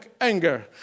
anger